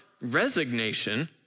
resignation